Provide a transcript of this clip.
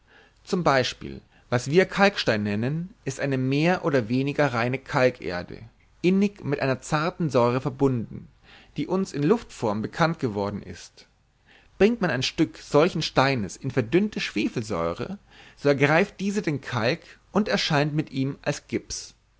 zum beispiel was wir kalkstein nennen ist eine mehr oder weniger reine kalkerde innig mit einer zarten säure verbunden die uns in luftform bekannt geworden ist bringt man ein stück solchen steines in verdünnte schwefelsäure so ergreift diese den kalk und erscheint mit ihm als gips